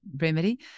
remedy